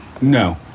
No